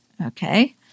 okay